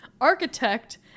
architect